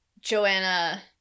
Joanna